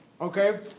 okay